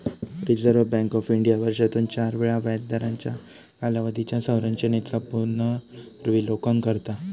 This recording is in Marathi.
रिझर्व्ह बँक ऑफ इंडिया वर्षातून चार वेळा व्याजदरांच्या कालावधीच्या संरचेनेचा पुनर्विलोकन करता